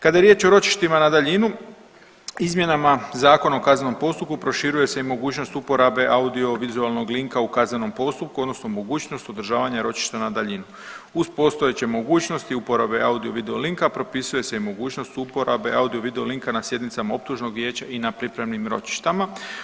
Kada je riječ o ročištima na daljinu izmjenama Zakona o kaznenom postupku proširuje se i mogućnost uporabe audio vizualnog linka u kaznenom postupku odnosno mogućnost održavanja ročišta na daljinu uz postojeće mogućnosti uporabe audio video linka propisuje se i mogućnost uporabe audio video linka na sjednicama optužnog vijeća i na pripremnim ročištima.